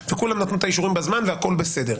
כולם נתנו את האישורים בזמן והכל בסדר.